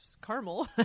Caramel